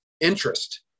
interest